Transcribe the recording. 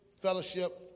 fellowship